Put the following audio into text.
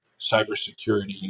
cybersecurity